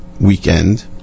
weekend